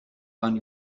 waren